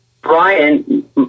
Brian